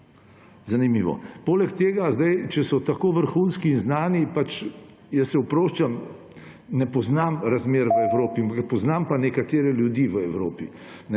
Zanimivo. Poleg tega, če so tako vrhunski in znani, pač, se oproščam, ne poznam razmer v Evropi, poznam pa nekatere ljudi v Evropi.